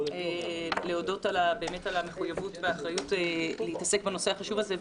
מבקשת להודות על המחויבות והאחריות להתעסק בנושא החשוב הזה,